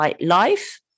life